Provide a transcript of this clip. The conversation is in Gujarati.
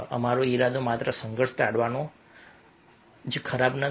અમારો ઈરાદો માત્ર સંઘર્ષ ટાળવાનો જ ખરાબ નથી